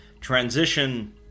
transition